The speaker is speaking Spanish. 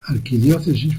arquidiócesis